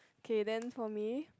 K then for me